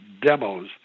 demos